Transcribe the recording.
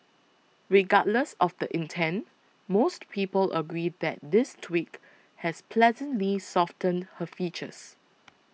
regardless of the intent most people agree that this tweak has pleasantly softened her features